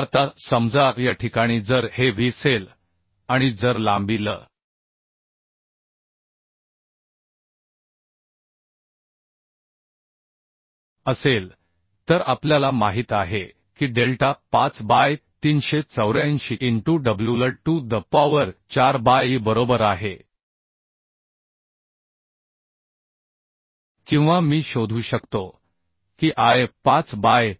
आता समजा या ठिकाणी जर हे wअसेल आणि जर लांबी l असेल तर आपल्याला माहित आहे की delta 5 by 384 into wl to the power 4 by EI बरोबर आहे किंवा मी शोधू शकतो की आय 5 बाय